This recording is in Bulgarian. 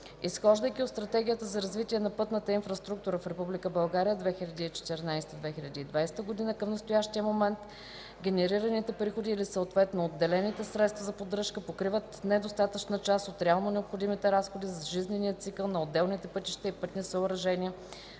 Изхождайки от Стратегията за развитие на пътната инфраструктура в Република България 2014 –2020 г. към настоящия момент генерираните приходи или съответно отделяните средства за поддръжка покриват недостатъчна част от реално необходимите разходи за жизнения цикъл на отделните пътища и пътни съоръжения